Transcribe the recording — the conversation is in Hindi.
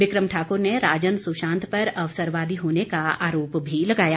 बिक्रम ठाकुर ने राजन सुशांत पर अवसरवादी होने का आरोप भी लगाया